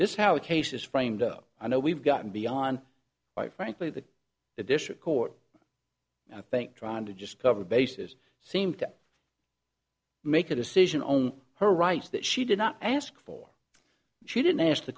this how a case is framed up i know we've gotten beyond quite frankly the addition court i think trying to just cover bases seemed to make a decision on her rights that she did not ask for she didn't ask the